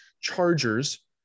Chargers